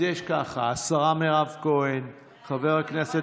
אז ככה: חברת הכנסת